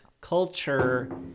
culture